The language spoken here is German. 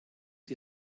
die